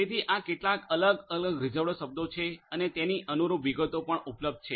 તેથી આ કેટલાક અલગ અલગ રીઝર્વડ શબ્દો છે અને તેની અનુરૂપ વિગતો પણ ઉપલબ્ધ છે